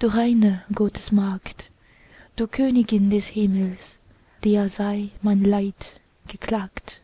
du reine gottesmagd du königin des himmels dir sei mein leid geklagt